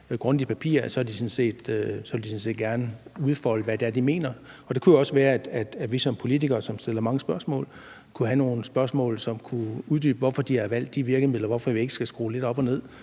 grundige papirer, så vil de sådan set gerne udfolde, hvad det er, de mener, og det kunne jo også være, at vi som politikere, som stiller mange spørgsmål, kunne have nogle spørgsmål, som kunne uddybe, hvorfor de har valgt de virkemidler, hvorfor vi ikke skal skrue lidt op og ned